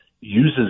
uses